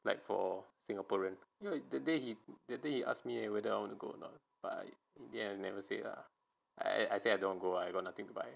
like for singaporean ya that day he that day he asked me whether I want to go not but in the end I never say ah in the end I never go lah I say I got nothing to buy